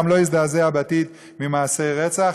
גם לא יזדעזע בעתיד ממעשי רצח,